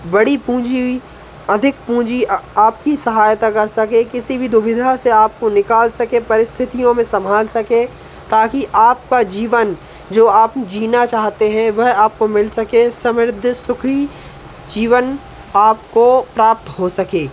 बड़ी पूँजी अधिक पूँजी आपकी सहायता कर सके किसी भी दुविधा से आपको निकाल सके परिस्थितियों में सम्भाल सके ताकि आपका जीवन जो आप जीना चाहते हैं वह आपको मिल सके समृद्धि सुखी जीवन आपको प्राप्त हो सके